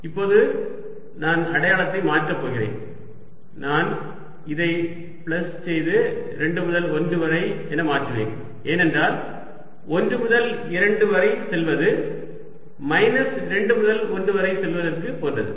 இப்போது நான் அடையாளத்தை மாற்றப் போகிறேன் நான் இதை பிளஸ் செய்து 2 முதல் 1 வரை என மாற்றுவேன் ஏனென்றால் 1 முதல் 2 வரை செல்வது மைனஸ் 2 முதல் 1 வரை செல்வது போன்றது